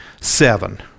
seven